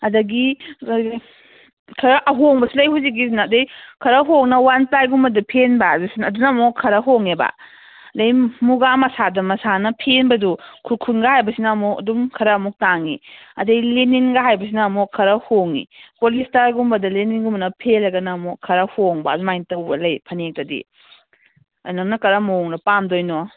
ꯑꯗꯒꯤ ꯈꯔ ꯑꯍꯣꯡꯕꯁꯨ ꯂꯩ ꯍꯧꯖꯤꯛꯀꯤꯁꯤꯅ ꯑꯗꯩ ꯈꯔ ꯍꯣꯡꯅ ꯋꯥꯟ ꯄ꯭ꯂꯥꯏꯒꯨꯝꯕꯗ ꯐꯦꯟꯕ ꯍꯥꯏꯕꯁꯤꯅ ꯑꯗꯨꯅ ꯑꯃꯨꯛ ꯈꯔ ꯍꯣꯡꯉꯦꯕ ꯑꯗꯩ ꯃꯨꯒꯥ ꯃꯁꯥꯗ ꯃꯁꯥꯅ ꯐꯦꯟꯕꯗꯣ ꯈꯨꯔꯈꯨꯜꯒ ꯍꯥꯏꯕꯁꯤꯅ ꯑꯃꯨꯛ ꯑꯗꯨꯝ ꯈꯔ ꯑꯃꯨꯛ ꯇꯥꯡꯉꯦ ꯑꯗꯩ ꯂꯦꯅꯤꯟꯒ ꯍꯥꯏꯕꯁꯤꯅ ꯑꯃꯨꯛ ꯈꯔ ꯍꯣꯡꯉꯤ ꯄꯣꯂꯤꯁꯇꯔꯒꯨꯝꯕꯗ ꯂꯩꯅꯤꯟꯒꯨꯝꯕꯅ ꯐꯦꯟꯂꯒꯅ ꯑꯃꯨꯛ ꯈꯔ ꯍꯣꯡꯕ ꯑꯗꯨꯃꯥꯏꯅ ꯇꯧꯕ ꯂꯩ ꯐꯅꯦꯛꯇꯗꯤ ꯑꯗ ꯅꯪꯅ ꯀꯔꯝꯕ ꯃꯑꯣꯡꯗ ꯄꯥꯝꯗꯣꯏꯅꯣ